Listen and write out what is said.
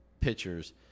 pitchers